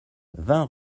vingt